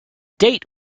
date